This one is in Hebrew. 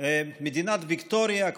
מדינת ויקטוריה,